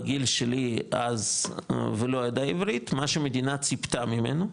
בגיל שלי אז ולא ידע עברית, מה שמדינה ציפתה ממנו.